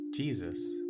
Jesus